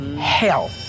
hell